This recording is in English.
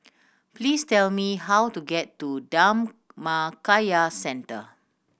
please tell me how to get to Dhammakaya Centre